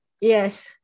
Yes